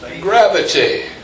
Gravity